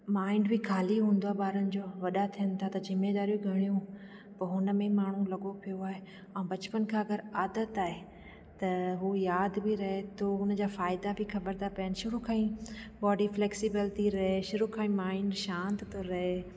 mind बि खाली हूंदो आहे ॿारनि जो वॾा थियनि था त ज़िम्मेदारियूं घणियूं त हुन में माण्हू लॻो पियो आहे ऐं बचपन खां अगरि आदत आहे त हू यादि बि रहे थो उन जा फ़ाइदा बि ख़बर था पवनि शुरू खां ई बॉडी फ्लैक्सिबल थी रहे शुरू खां ई माइंड शांति थो रहे